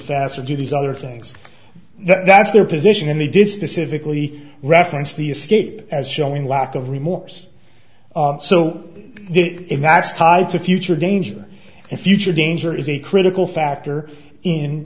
or do these other things that's their position and they did specifically referenced the escape as showing lack of remorse so if that's tied to future danger and future danger is a critical factor in